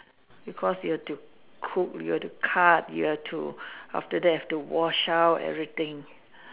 because you have to cook you have to cut you have to after that you have to wash out everything